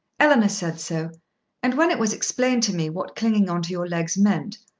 eleanor said so and when it was explained to me, what clinging on to your legs meant,